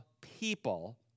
people